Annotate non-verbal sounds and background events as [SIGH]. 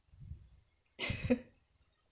[LAUGHS]